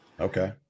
okay